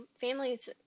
families